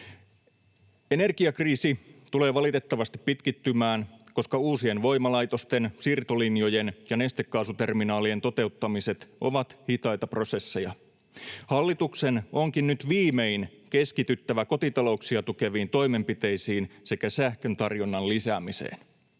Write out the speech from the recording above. Energiakriisi tulee valitettavasti pitkittymään, koska uusien voimalaitosten, siirtolinjojen ja nestekaasuterminaalien toteuttamiset ovat hitaita prosesseja. Hallituksen onkin nyt viimein keskityttävä kotitalouksia tukeviin toimenpiteisiin sekä sähkön tarjonnan lisäämiseen.